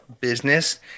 business